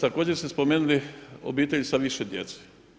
Također ste spomenuli obitelji sa više djece.